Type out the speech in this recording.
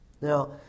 Now